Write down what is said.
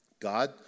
God